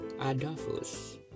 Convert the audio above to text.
Adolphus